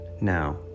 now